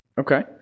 Okay